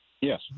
Yes